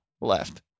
left